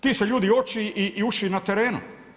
Ti su ljudi oči i uši na terenu.